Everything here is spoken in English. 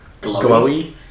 glowy